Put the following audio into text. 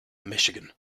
michigan